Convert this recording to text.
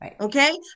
okay